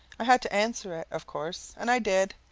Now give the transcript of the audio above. i had to answer it, of course, and i did.